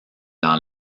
dans